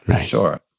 sure